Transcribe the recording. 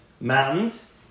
mountains